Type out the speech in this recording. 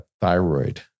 thyroid